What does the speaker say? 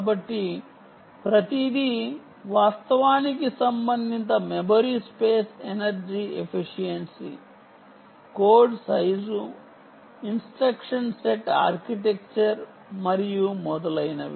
కాబట్టి ప్రతిదీ వాస్తవానికి సంబంధిత memory space energy efficiency code size instruction set architecture మరియు మొదలైనవి